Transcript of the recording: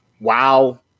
wow